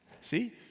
See